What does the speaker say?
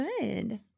good